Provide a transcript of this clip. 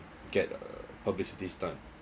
get err publicity's time